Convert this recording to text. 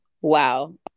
wow